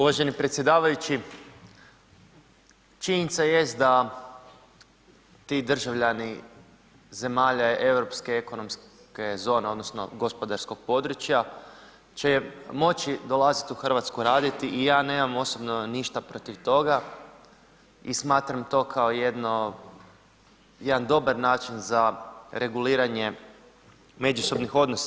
Uvaženi predsjedavajući, činjenica jest da ti državljani zemalja Europske ekonomske zone odnosno gospodarskog područja će moći dolaziti u Hrvatsku raditi i ja nemam ništa osobno ništa protiv toga i smatram to kao jedno, jedan dobar način za reguliranje međusobnih odnosa.